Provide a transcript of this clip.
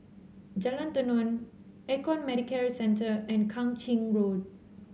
Jalan Tenon Econ Medicare Centre and Kang Ching Road